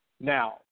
Now